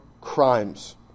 crimes